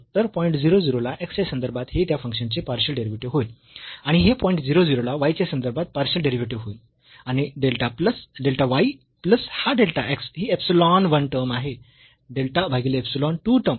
तर पॉईंट 0 0 ला x च्या संदर्भात हे त्या फंक्शनचे पार्शियल डेरिव्हेटिव्ह होईल आणि हे पॉईंट 0 0 ला y च्या संदर्भात पार्शियल डेरिव्हेटिव्ह होईल आणि डेल्टा y प्लस हा डेल्टा x ही इप्सिलॉन 1 टर्म आहे डेल्टा भागीले इप्सिलॉन 2 टर्म